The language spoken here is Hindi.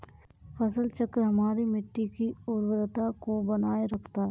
फसल चक्र हमारी मिट्टी की उर्वरता को बनाए रखता है